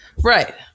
Right